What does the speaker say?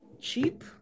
cheap